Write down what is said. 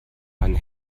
einen